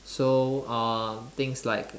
so uh things like